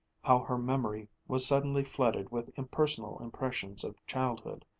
how her memory was suddenly flooded with impersonal impressions of childhood,